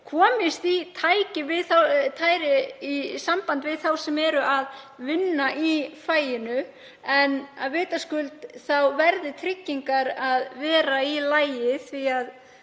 komist í samband við þá sem eru að vinna í faginu en vitaskuld verða tryggingar að vera í lagi. Þó